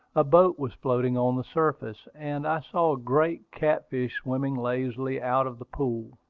a boat was floating on the surface, and i saw great catfish swimming lazily out of the pool.